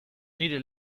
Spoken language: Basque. nire